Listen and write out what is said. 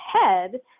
head